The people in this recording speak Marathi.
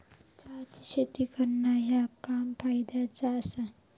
चहाची शेती करणा ह्या काम फायद्याचा आसा